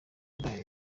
gahunda